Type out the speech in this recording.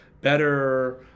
Better